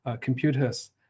computers